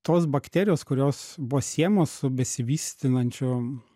tos bakterijos kurios buvo siejamos su besivystinančiu